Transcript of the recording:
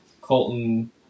Colton